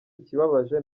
ikibabaje